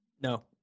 no